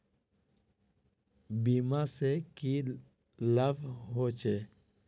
बीमा से की लाभ होचे?